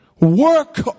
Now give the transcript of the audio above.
Work